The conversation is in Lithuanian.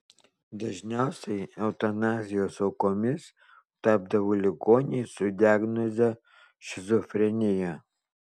dažniausiai eutanazijos aukomis tapdavo ligoniai su diagnoze šizofrenija